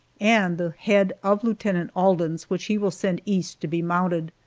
and the head of lieutenant alden's, which he will send east to be mounted.